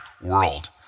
world